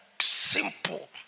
simple